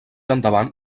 endavant